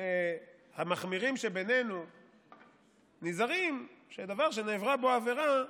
שהמחמירים שבינינו נזהרים שדבר שנעברה בו עבירה,